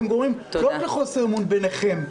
אתם גורמים לא לחוסר אמון ביניכם,